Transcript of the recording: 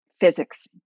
physics